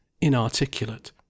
inarticulate